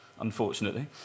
unfortunately